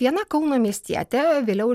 viena kauno miestiete vėliau